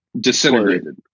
disintegrated